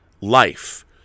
life